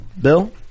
Bill